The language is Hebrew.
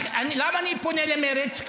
למה אני פונה למרצ?